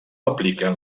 apliquen